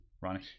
ronnie